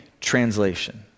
translation